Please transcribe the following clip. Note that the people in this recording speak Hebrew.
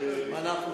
יודעים.